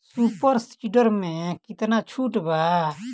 Super seeder मै कितना छुट बा?